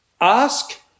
Ask